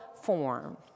form